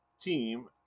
team